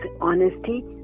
honesty